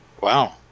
Wow